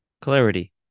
Clarity